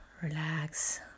Relax